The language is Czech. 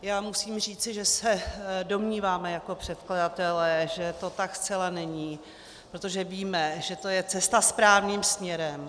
Já musím říci, že se domníváme jako předkladatelé, že to tak zcela není, protože víme, že to je cesta správným směrem.